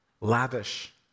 lavish